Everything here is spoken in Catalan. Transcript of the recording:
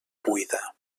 buida